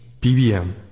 BBM